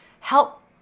help